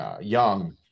young